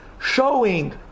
showing